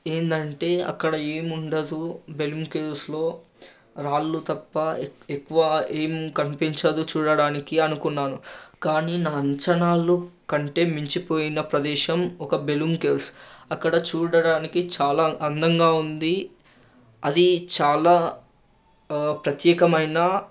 ఏంటంటే అక్కడ ఏమి ఉండదు బెలూమ్ కేవ్స్లో రాళ్ళు తప్ప ఎక్కువ ఏం కనిపించదు చూడడానికి అనుకున్నాను కానీ నా అంచనాలు కంటే మించిపోయిన ప్రదేశం ఒక బెలూమ్ కేవ్స్ అక్కడ చూడడానికి చాలా అందంగా ఉంది అది చాలా ప్రత్యేకమైన